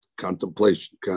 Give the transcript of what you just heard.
contemplation